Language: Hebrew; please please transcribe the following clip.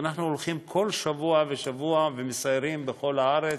ואנחנו הולכים כל שבוע ושבוע ומסיירים בכל הארץ,